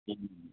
ꯎꯝ